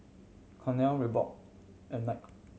Cornell Reebok and Knight